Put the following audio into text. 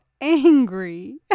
angry